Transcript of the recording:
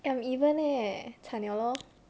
eh I'm even leh 惨了 lor